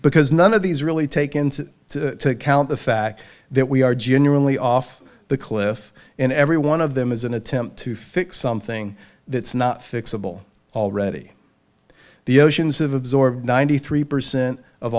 because none of these really take into account the fact that we are generally off the cliff in every one of them is an attempt to fix something that's not fixable already the oceans have absorbed ninety three percent of